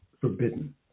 forbidden